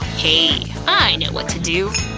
hey, i know what to do.